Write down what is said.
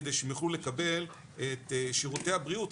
כדי שהם יוכלו לקבל את שירותי הבריאות,